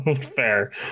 Fair